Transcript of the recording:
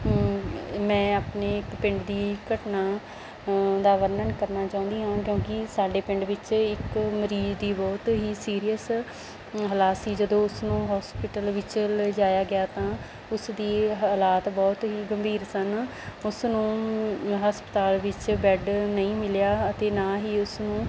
ਮੈਂ ਆਪਣੇ ਇੱਕ ਪਿੰਡ ਦੀ ਘਟਨਾ ਦਾ ਵਰਣਨ ਕਰਨਾ ਚਾਹੁੰਦੀ ਹਾਂ ਕਿਉਂਕਿ ਸਾਡੇ ਪਿੰਡ ਵਿੱਚ ਇੱਕ ਮਰੀਜ਼ ਦੀ ਬਹੁਤ ਹੀ ਸੀਰੀਅਸ ਹਾਲਾਤ ਜਦੋਂ ਉਸਨੂੰ ਹੋਸਪਿਟਲ ਵਿੱਚ ਲਿਜਾਇਆ ਗਿਆ ਤਾਂ ਉਸ ਦੀ ਹਾਲਾਤ ਬਹੁਤ ਹੀ ਗੰਭੀਰ ਸਨ ਉਸ ਨੂੰ ਹਸਪਤਾਲ ਵਿੱਚ ਬੈਡ ਨਹੀਂ ਮਿਲਿਆ ਅਤੇ ਨਾ ਹੀ ਉਸਨੂੰ